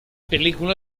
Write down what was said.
película